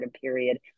period